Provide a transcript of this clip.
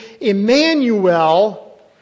Emmanuel